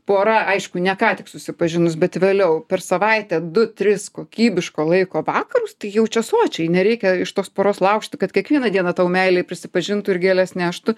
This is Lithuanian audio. pora aišku ne ką tik susipažinus bet vėliau per savaitę du tris kokybiško laiko vakarus jau čia sočiai nereikia iš tos poros laužti kad kiekvieną dieną tau meilei prisipažintų ir gėles neštų